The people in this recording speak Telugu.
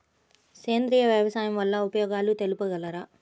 సేంద్రియ వ్యవసాయం వల్ల ఉపయోగాలు తెలుపగలరు?